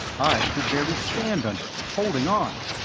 i could barely stand under it, holding on.